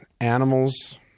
animals